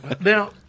Now